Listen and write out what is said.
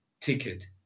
ticket